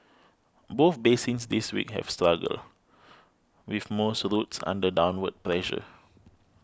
both basins this week have struggled with most routes under downward pressure